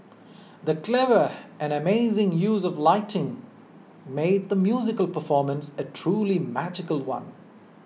the clever and amazing use of lighting made the musical performance a truly magical one